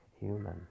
human